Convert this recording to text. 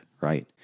right